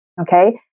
Okay